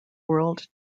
world